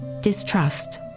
distrust